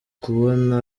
kubona